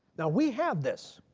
now we have this.